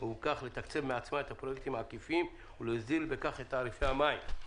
ובכך לתקצב בעצמה את הפרויקטים העקיפים ולהוזיל בכך את תעריפי המים.